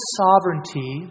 sovereignty